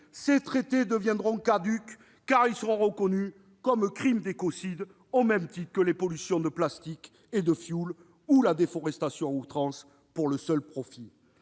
ces traités deviendront caducs, car ils seront reconnus comme crimes d'écocide, au même titre que les pollutions au plastique, au fioul et la déforestation à outrance pour le seul profit.